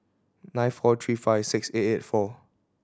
nine four three five six eight eight four